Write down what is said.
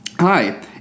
Hi